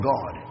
God